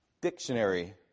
dictionary